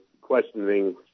questioning